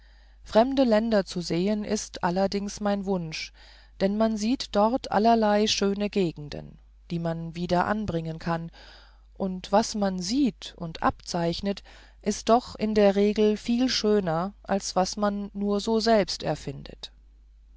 fremde länder zu sehen ist allerdings mein wunsch denn man sieht dort allerlei schöne gegenden die man wieder anbringen kann und was man sieht und abzeichnet ist doch in der regel immer schöner als was man nur so selbst erfindet